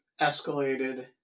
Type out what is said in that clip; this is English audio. escalated